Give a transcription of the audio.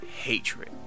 hatred